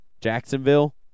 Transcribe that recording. Jacksonville